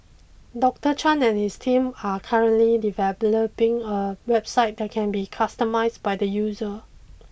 Doctor Chan and his team are currently developing a website that can be customised by the user